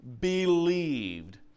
believed